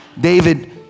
David